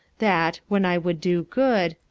that, when i would do good,